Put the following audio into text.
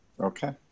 Okay